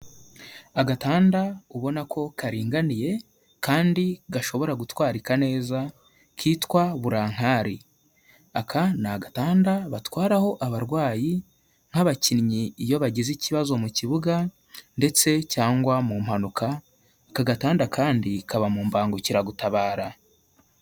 Agatanda ubona ko karinganiye kandi gashobora gutwarika neza kitwa burankari, aka ni agatanda batwaraho abarwayi nk'abakinnyi iyo bagize ikibazo mu kibuga ndetse cyangwa mu mpanuka, aka gatanda kandi kaba mu mbangukiragutabara.